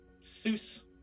Seuss